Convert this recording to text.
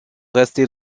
rester